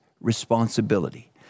responsibility